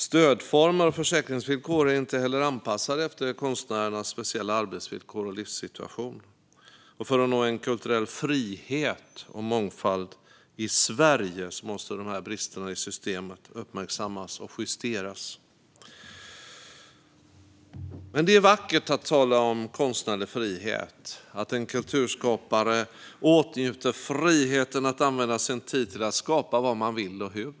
Stödformer och försäkringsvillkor är inte heller anpassade efter konstnärernas speciella arbetsvillkor och livssituation. För att konstnärer och kulturskapare ska kunna nå en kulturell frihet och mångfald i Sverige måste dessa brister i systemet uppmärksammas och justeras. Det är vackert att tala om konstnärlig frihet - att en kulturskapare åtnjuter friheten att använda sin tid till att skapa vad han eller hon vill och hur.